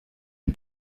une